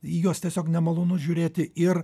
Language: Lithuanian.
į juos tiesiog nemalonu žiūrėti ir